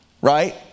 Right